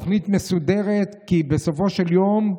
תוכנית מסודרת, כי בסופו של יום,